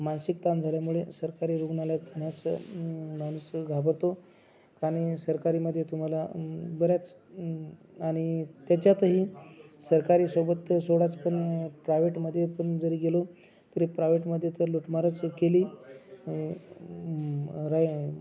मानसिक ताण झाल्यामुळे सरकारी रुग्णालयात जाण्यास माणूस घाबरतो आणि सरकारीमध्ये तुम्हाला बरंच आणि त्याच्यातही सरकारी सोबत तर सोडाच पण प्रायव्हेटमध्ये पण जरी गेलो तरी प्रायव्हेटमध्ये तर लूटमारच केली